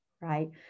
right